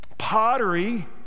pottery